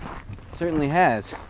certainly has.